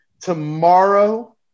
tomorrow